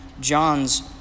John's